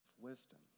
wisdom